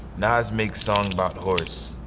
nas make song about horse.